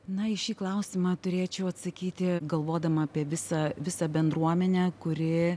na į šį klausimą turėčiau atsakyti galvodama apie visą visą bendruomenę kuri